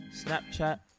snapchat